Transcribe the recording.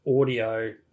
audio